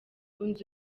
inzu